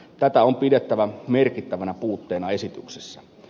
tätä on pidettävä merkittävänä puutteena esityksessä